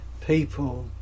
people